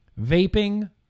Vaping